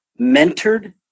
mentored